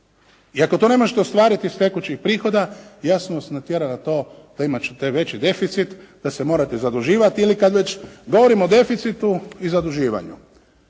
I ako to ne možete ostvariti iz tekućih prihoda ja sam vas natjerao na to da imate veći deficit, da se morate zaduživati ili kad već govorim o deficitu i zaduživanju